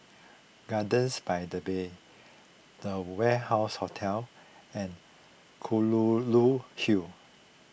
Gardens by the Bay the Warehouse Hotel and Kelulut Hill